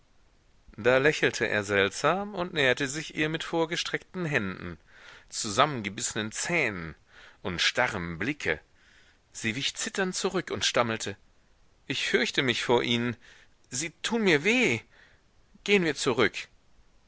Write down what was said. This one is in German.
da lächelte er seltsam und näherte sich ihr mit vorgestreckten händen zusammengebissenen zähnen und starrem blicke sie wich zitternd zurück und stammelte ich fürchte mich vor ihnen sie tun mir weh gehen wir zurück